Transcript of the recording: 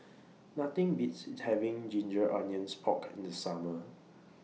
Nothing Beats having Ginger Onions Pork in The Summer